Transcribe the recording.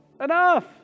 Enough